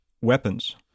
weapons